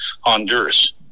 Honduras